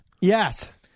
Yes